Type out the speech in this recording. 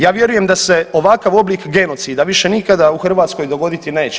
Ja vjerujem da se ovakav oblik genocida više nikada u Hrvatskoj dogoditi neće.